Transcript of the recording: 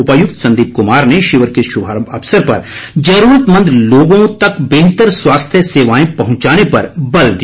उपायुक्त संदीप कुमार ने शिविर के शुभारम्भ अवसर पर जरूरतमंद लोगों तक बेहतर स्वास्थ्य सेवाएं पहुंचाने पर बल दिया